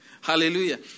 Hallelujah